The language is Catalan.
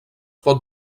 pot